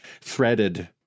threaded